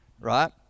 Right